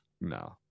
No